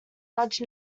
nudge